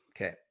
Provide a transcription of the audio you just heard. Okay